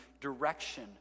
direction